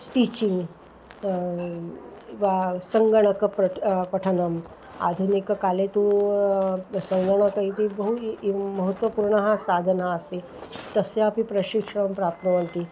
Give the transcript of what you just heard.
stitching वा सङ्गणकप्रट् पठनम् आधुनिककाले तु सङ्गणकम् इति बहु एवं महत्त्वपूर्णं साधनम् अस्ति तस्यापि प्रशिक्षणं प्राप्नुवन्ति